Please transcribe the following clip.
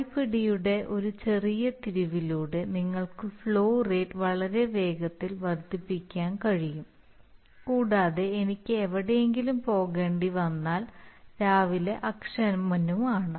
കൈപ്പിടിയുടെ ടെ ഒരു ചെറിയ തിരിവിലൂടെ നിങ്ങൾക്ക് ഫ്ലോ റേറ്റ് വളരെ വേഗത്തിൽ വർദ്ധിപ്പിക്കാൻ കഴിയും കൂടാതെ എനിക്ക് എവിടെയെങ്കിലും പോകേണ്ടിവന്നതിനാൽ രാവിലെ അക്ഷമനുമാണ്